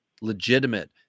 legitimate